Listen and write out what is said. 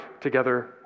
together